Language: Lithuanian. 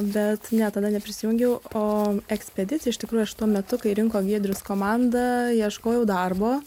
bet ne tada neprisijungiau po ekspediciją iš tikrųjų aš tuo metu kai rinko giedrius komanda ieškojau darbo